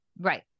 Right